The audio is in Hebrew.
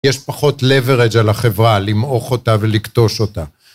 יש פחות leverage על החברה למעוך אותה ולקטוש אותה.